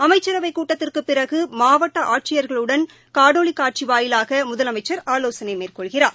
அமைச்சரவைக் கூட்டத்திற்கு பிறகு மாவட்ட ஆட்சியர்களுடன் காணொலி காட்சி வாயிலாக முதலமைச்சர் ஆலோசனை மேற்கொள்கிறார்